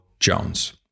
Jones